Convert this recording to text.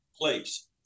place